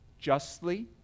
justly